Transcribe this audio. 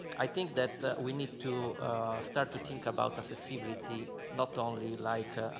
i think that we need to start to think about the accessibility not only like